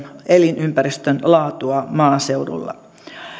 elinympäristön laatua maaseudulla